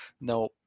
no